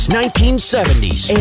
1970s